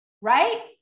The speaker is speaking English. right